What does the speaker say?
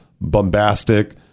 bombastic